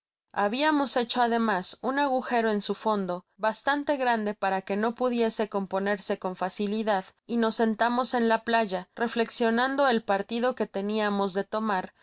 habiamos hecho ademas uu agujero en su fondo bastante grande para que no pudiese componerse con facilidad y nos sentamos en la playa reflexionando el partido que teniamos de tomar